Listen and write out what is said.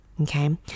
Okay